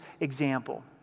example